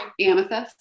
Amethyst